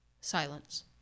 silence